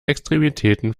extremitäten